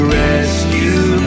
rescue